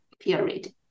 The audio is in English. period